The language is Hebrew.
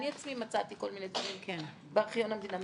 אני עצמי מצאתי כל מיני דברים בארכיון המדינה.